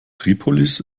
tripolis